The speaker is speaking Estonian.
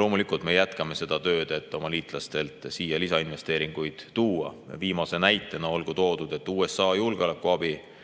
Loomulikult me jätkame seda tööd, et oma liitlastelt siia lisainvesteeringuid tuua. Viimase näitena olgu toodud, et USA julgeolekuabi